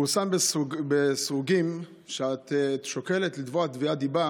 פורסם בסרוגים שאת שוקלת לתבוע תביעת דיבה